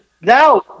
now